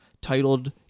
titled